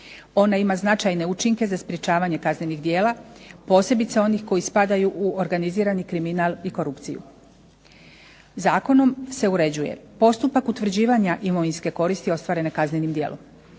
Ona ima značajne učinke za sprečavanje kaznenih djela, posebice onih koji spadaju u organizirani kriminal i korupciju. Zakonom se uređuje postupak utvrđivanja imovinske koristi ostvarene kaznenim djelom,